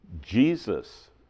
Jesus